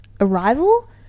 arrival